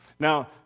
Now